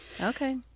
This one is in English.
Okay